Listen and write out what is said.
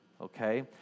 okay